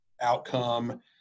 outcome